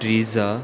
रिझा